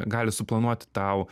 gali suplanuoti tau